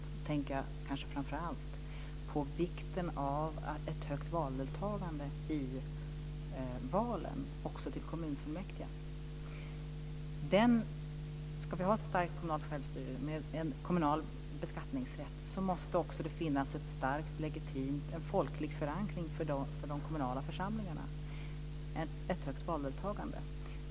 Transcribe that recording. Jag tänker kanske framför allt på vikten av ett högt valdeltagande i valen också till kommunfullmäktige. Ska vi ha ett kommunalt självstyre, med en kommunal beskattningsrätt, måste det också finnas en folklig förankring för de kommunala församlingarna och ett högt valdeltagande.